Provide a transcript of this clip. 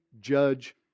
judge